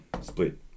split